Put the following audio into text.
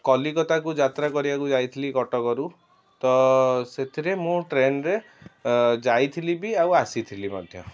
କଲିକତା କୁ ଯାତ୍ରା କରିବାକୁ ଯାଇଥିଲି କଟକ ରୁ ତ ସେଥିରେ ମୁଁ ଟ୍ରେନରେ ଯାଇଥିଲି ବି ଆଉ ଆସିଥିଲି ମଧ୍ୟ